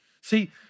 See